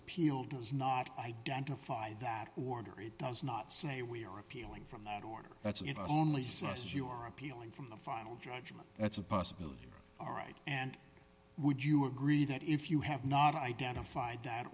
appeal does not identify that order it does not say we are appealing from that order that's it only size you are appealing from the final judgment that's a possibility all right and would you agree that if you have not identified that